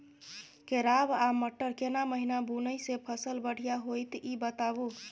केराव आ मटर केना महिना बुनय से फसल बढ़िया होत ई बताबू?